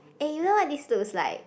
eh you know what this looks like